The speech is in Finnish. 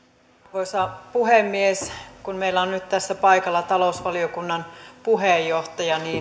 arvoisa puhemies kun meillä on nyt tässä paikalla talousvaliokunnan puheenjohtaja